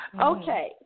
Okay